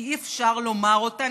כי אי-אפשר לומר אותם,